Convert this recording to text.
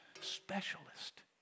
specialist